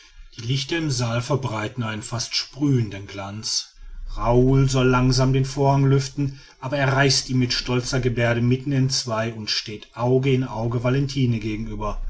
die lichter im saal verbreiten einen fast sprühenden glanz raoul soll langsam den vorhang lüften aber er reißt ihn mit stolzer geberde mitten entzwei und steht auge in auge valentine gegenüber